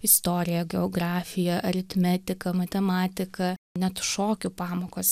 istorija geografija aritmetika matematika net šokių pamokos